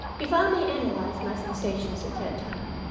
if i may analyze my sensations at that time,